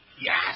Yes